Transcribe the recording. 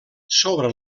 sobre